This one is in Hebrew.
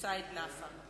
וסעיד נפאע.